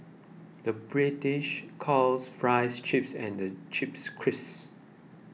the British calls Fries Chips and Chips Crisps